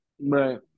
Right